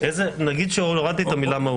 נגיד שהורדתי את המילה "מהותי".